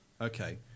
Okay